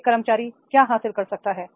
एक कर्मचारी क्या हासिल कर सकता है